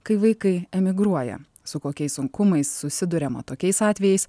kai vaikai emigruoja su kokiais sunkumais susiduriama tokiais atvejais